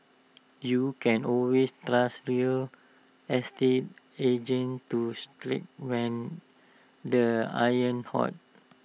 you can always trust real estate agents to strike when the iron's hot